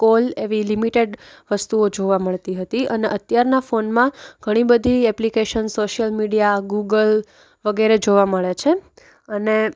call એવી limited વસ્તુઓ જોવા મળતી હતી અને અત્યારના ફોનમાં ઘણી બધી એપ્લિકેશન સોસિયલ મીડિયા ગૂગલ વગેરે જોવા મળે છે અને